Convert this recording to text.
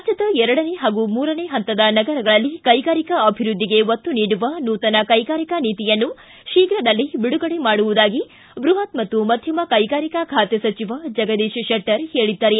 ರಾಜ್ಞದ ಎರಡನೇ ಹಾಗೂ ಮೂರನೇ ಹಂತದ ನಗರಗಳಲ್ಲಿ ಕೈಗಾರಿಕಾ ಅಭಿವೃದ್ದಿಗೆ ಒತ್ತು ನೀಡುವ ನೂತನ ಕೈಗಾರಿಕಾ ನೀತಿಯನ್ನು ಶೀಘ್ರದಲ್ಲೆ ಬಿಡುಗಡೆ ಮಾಡುವುದಾಗಿ ಬೃಹತ್ ಕೈಗಾರಿಕಾ ಖಾತೆ ಸಚಿವ ಜಗದೀಶ್ ಶೆಟ್ಟರ್ ತಿಳಿಸಿದ್ದಾರೆ